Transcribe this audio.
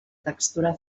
textura